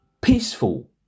peaceful